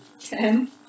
ten